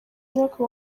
imyaka